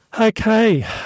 Okay